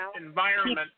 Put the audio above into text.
environment